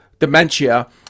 dementia